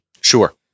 sure